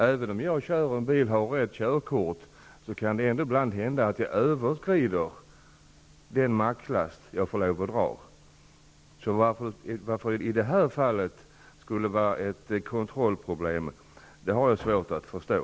Även om jag kör en bil och har rätt körkort kan det ändå ibland hända att jag överskrider den maxlast jag får dra. Varför det i det här fallet skulle vara ett kontrollproblem har jag därför svårt att förstå.